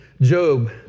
Job